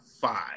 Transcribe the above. five